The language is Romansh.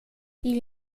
igl